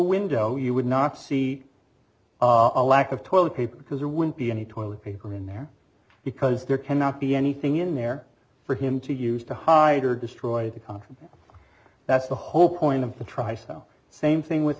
window you would not see a lack of toilet paper because there wouldn't be any toilet paper in there because there cannot be anything in there for him to use to hide or destroy the country that's the whole point of the try so same thing with